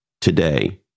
today